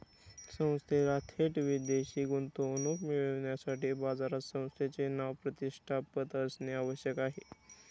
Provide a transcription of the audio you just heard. संस्थेला थेट विदेशी गुंतवणूक मिळविण्यासाठी बाजारात संस्थेचे नाव, प्रतिष्ठा, पत असणे आवश्यक आहे